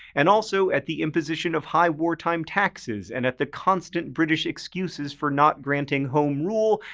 and also at the imposition of high wartime taxes, and at the constant british excuses for not granting home rule,